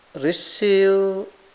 receive